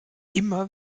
immer